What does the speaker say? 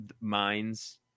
minds